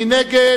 מי נגד?